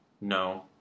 no